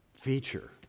feature